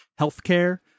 healthcare